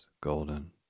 golden